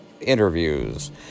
interviews